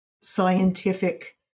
scientific